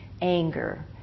anger